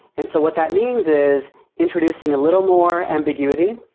and so what that means is introducing a little more ambiguity.